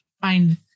find